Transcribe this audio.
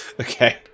Okay